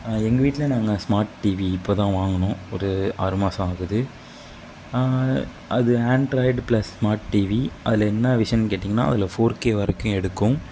எங்கள் வீட்டில் நாங்கள் ஸ்மார்ட் டிவி இப்போதான் வாங்கினோம் ஒரு ஆறு மாசம் ஆகுது அது ஆண்ட்ராய்டு பிளஸ் ஸ்மார்ட் டிவி அதில் என்ன விஷயம்னு கேட்டீங்கன்னா அதில் ஃபோர் கே வரைக்கும் எடுக்கும்